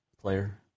player